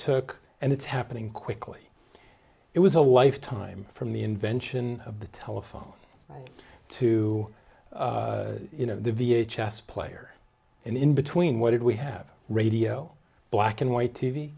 took and it's happening quickly it was a life time from the invention of the telephone to you know the v h s player and in between what did we have radio black and white t